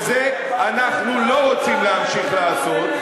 ואת זה אנחנו לא רוצים להמשיך לעשות,